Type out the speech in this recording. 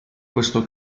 questo